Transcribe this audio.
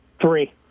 Three